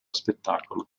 spettacolo